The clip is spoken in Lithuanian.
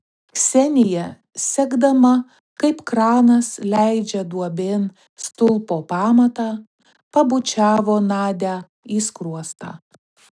ksenija sekdama kaip kranas leidžia duobėn stulpo pamatą pabučiavo nadią į skruostą